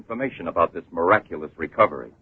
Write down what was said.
information about this miraculous recovery